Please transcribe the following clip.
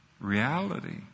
Reality